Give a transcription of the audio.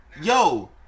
yo